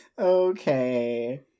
Okay